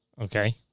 okay